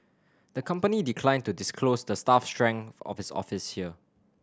the company declined to disclose the staff strength of its office here